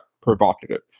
provocative